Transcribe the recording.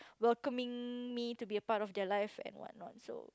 welcoming me to be a part of their life and what not so